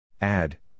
Add